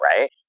right